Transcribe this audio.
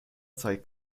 zeit